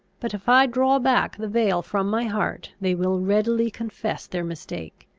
but if i draw back the veil from my heart they will readily confess their mistake.